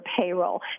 payroll